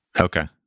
Okay